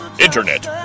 Internet